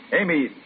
Amy